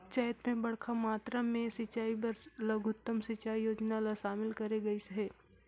चैत मे बड़खा मातरा मे सिंचई बर लघुतम सिंचई योजना ल शामिल करे गइस हे